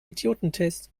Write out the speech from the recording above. idiotentest